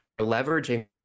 leveraging